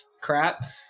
crap